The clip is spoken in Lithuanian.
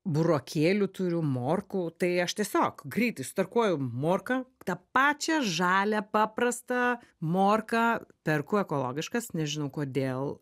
burokėlių turiu morkų tai aš tiesiog greitai sutarkuoju morka tą pačią žalią paprastą morką perku ekologiškas nežinau kodėl